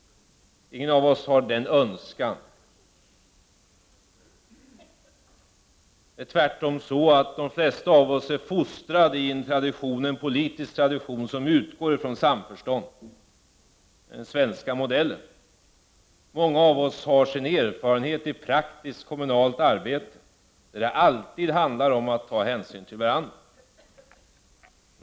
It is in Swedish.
Ingen av oss har en sådan önskan. Tvärtom är de flesta av oss fostrade i en politisk tradition som utgår från samförstånd, den svenska modellen. Många av oss har sin erfarenhet från praktiskt kommunalt arbete, där det alltid handlar om att ta hänsyn till varandra.